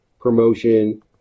promotion